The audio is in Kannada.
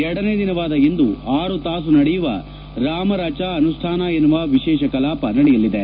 ಎರಡನೇ ದಿನವಾದ ಇಂದು ಆರು ತಾಸು ನಡೆಯುವ ರಾಮ ರಚಾ ಅನುಷ್ಟಾನ ಎನ್ನುವ ವಿಶೇಷ ಕಲಾಪ ನಡೆಯಲಿದೆ